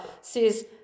says